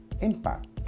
impact